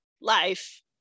life